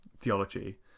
theology